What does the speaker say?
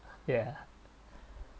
ya